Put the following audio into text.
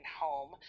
home